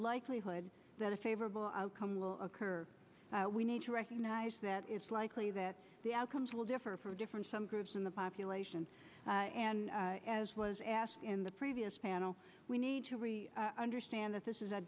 likelihood that a favorable outcome will occur we need to recognize that it's likely that the outcomes will differ from different some groups in the population and as was asked in the previous panel we need to really understand that this is a